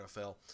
NFL